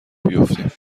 بیفتیم